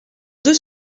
deux